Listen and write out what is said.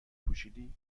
پوشیدی